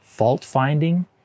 fault-finding